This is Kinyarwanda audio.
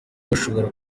ashobora